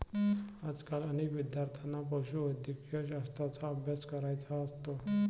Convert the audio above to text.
आजकाल अनेक विद्यार्थ्यांना पशुवैद्यकशास्त्राचा अभ्यास करायचा असतो